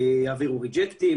יעבירו ריג'קטים,